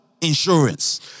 Insurance